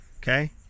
Okay